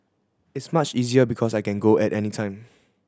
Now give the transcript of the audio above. is much easier because I can go at any time